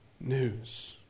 news